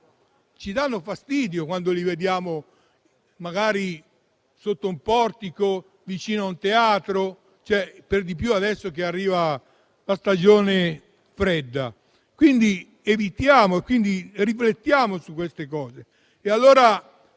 Ci danno fastidio quando li vediamo, magari sotto un portico o vicino a un teatro, per di più adesso che arriva la stagione fredda. Riflettiamo su queste cose.